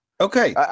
Okay